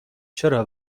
چرا